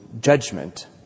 judgment